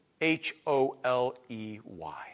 H-O-L-E-Y